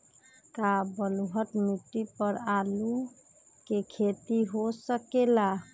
का बलूअट मिट्टी पर आलू के खेती हो सकेला?